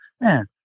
man